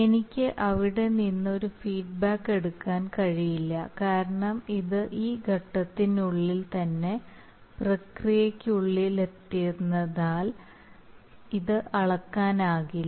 എനിക്ക് അവിടെ നിന്ന് ഒരു ഫീഡ്ബാക്ക് എടുക്കാൻ കഴിയില്ല കാരണം ഇത് ഈ ഘട്ടത്തിനുള്ളിൽ തന്നെ പ്രക്രിയയ്ക്കുള്ളിലായതിനാൽ ഇത് അളക്കാനാകില്ല